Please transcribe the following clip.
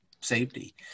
safety